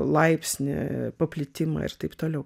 laipsnį paplitimą ir taip toliau